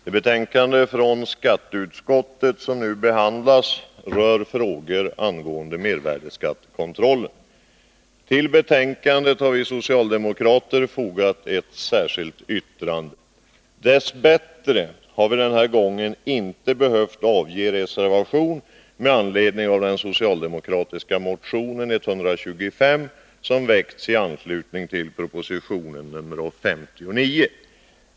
Herr talman! Det betänkande från skatteutskottet som nu behandlas rör frågor angående mervärdeskattekontrollen. Till betänkandet har vi socialdemokrater fogat ett särskilt yttrande. En socialdemokratisk motion, nr 125, har väckts i anslutning till proposition nr 59, men dess bättre har vi den här gången inte behövt avge reservation.